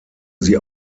sie